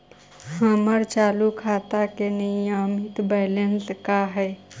हमर चालू खाता के मिनिमम बैलेंस का हई?